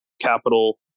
capital